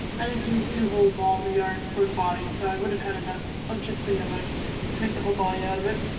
i didn't use to hold balls of yarn for the body so i would have had enough of just the yellow to make the whole body out of it.